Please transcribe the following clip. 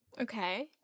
Okay